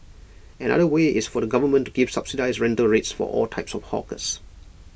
another way is for the government to give subsidised rental rates for all types of hawkers